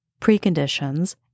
preconditions